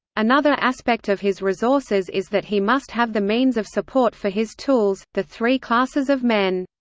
another aspect of his resources is that he must have the means of support for his tools, the three classes of men.